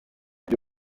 byo